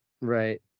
Right